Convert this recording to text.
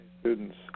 students